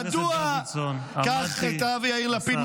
מה, זה יאיר לפיד?